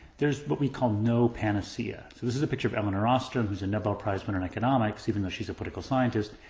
there's what we call no panacea. so, this is a picture of elinor ostrom, who's a nobel prize winner in economics, even though she's a political scientist,